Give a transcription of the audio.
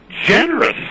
generous